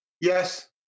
Yes